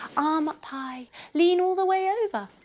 arm up high lean all the way over,